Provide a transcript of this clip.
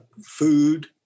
food